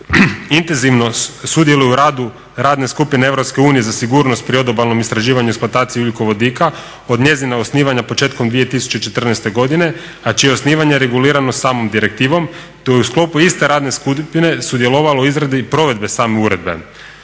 intenzivno sudjeluje u radu radne skupine Europske unije za sigurnost pri odobalnom istraživanju i eksploataciji ugljikovodika od njezina osnivanja početkom 2014. godine, a čije osnivanje je regulirano samom direktivom te je u sklopu iste radne skupine sudjelovalo u izradi provedbe same uredbe.